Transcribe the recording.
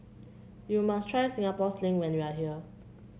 you must try Singapore Sling when you are here